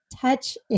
touch